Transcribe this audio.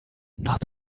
not